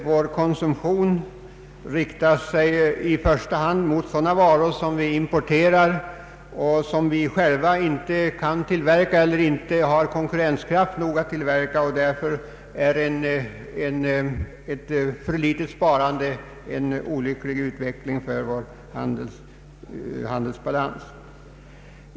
Vår konsumtion riktar sig i första hand mot sådana varor som vi importerar och som vi själva inte kan tillverka eller inte har konkurrenskraft nog att tillverka, och därför innebär ett alltför litet sparande en olycklig utveckling av vår handelsbalans.